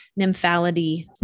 Nymphalidae